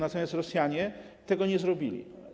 Natomiast Rosjanie tego nie zrobili.